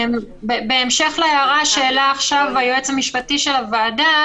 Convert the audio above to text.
בהמשך להערה שהעלה עכשיו היועץ המשפטי של הוועדה,